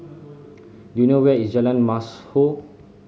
do you know where is Jalan Mashhor